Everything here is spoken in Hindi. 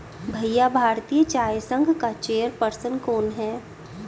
भैया भारतीय चाय संघ का चेयर पर्सन कौन है?